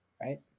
right